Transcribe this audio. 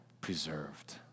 preserved